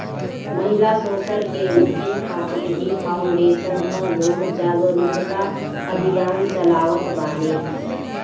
महिला शोषण के रोके खातिर भी फाउंडेशन कअ लोग जागरूकता अभियान चलावत बाने